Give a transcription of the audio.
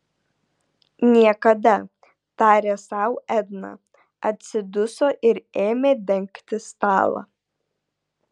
niekada tarė sau edna atsiduso ir ėmė dengti stalą